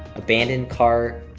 abandoned car,